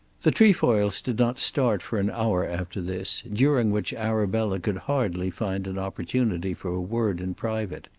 the trefoils did not start for an hour after this, during which arabella could hardly find an opportunity for a word in private.